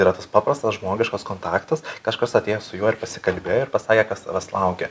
yra tas paprastas žmogiškas kontaktas kažkas atėjo su juo ir pasikalbėjo ir pasakė kas tavęs laukia